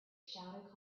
shouted